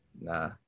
Nah